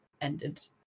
ended